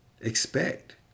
expect